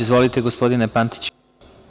Izvolite, gospodine Pantiću.